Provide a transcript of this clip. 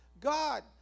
God